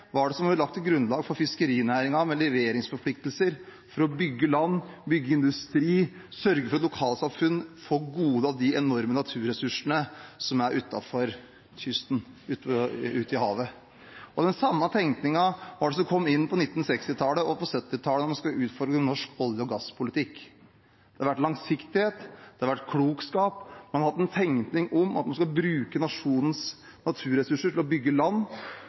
var det som ble lagt til grunn for fiskerinæringen, med leveringsforpliktelser, for å bygge land, bygge industri, sørge for at lokalsamfunn får godene av de enorme naturressursene som er utenfor kysten, uti havet. Den samme tenkningen var det som kom inn på 1960- og 1970-tallet, da man skulle utforme norsk olje- og gasspolitikk. Det har vært langsiktighet, det har vært klokskap, man har hatt en tenkning om at man skal bruke nasjonens naturressurser til å bygge land